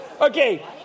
Okay